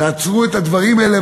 תעצרו את הדברים האלה.